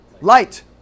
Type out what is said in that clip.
Light